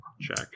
check